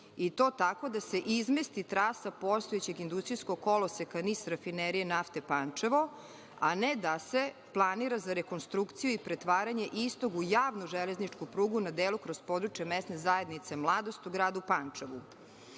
i to tako da se izmesti trasa postojećeg industrijskog koloseka NIS Rafinerije nafte Pančevo, a ne da se planira za rekonstrukciju i pretvaranje istog u javnu železničku prugu na delu kroz područja Mesne zajednice Mladost u gradu Pančevu? Naime,